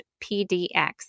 PDX